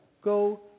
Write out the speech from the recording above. go